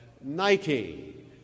Nike